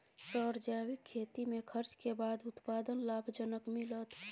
Sir जैविक खेती में खर्च के बाद उत्पादन लाभ जनक मिलत?